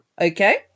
Okay